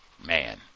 man